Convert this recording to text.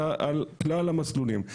אלא על כלל המסלולים.